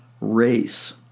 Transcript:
race